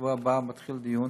ובשבוע הבא מתחיל דיון